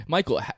Michael